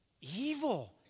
evil